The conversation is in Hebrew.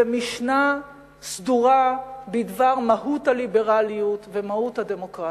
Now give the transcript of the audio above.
ומשנה סדורה בדבר מהות הליברליות ומהות הדמוקרטיה,